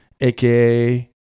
aka